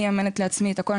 אני מממנת לעצמי את הכול,